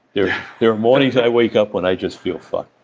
there there are morning i wake up when i just feel fucked,